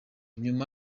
nyuma